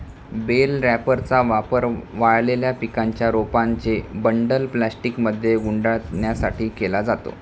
bell रॅपरचा वापर वाळलेल्या पिकांच्या रोपांचे बंडल प्लास्टिकमध्ये गुंडाळण्यासाठी केला जातो